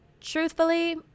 Truthfully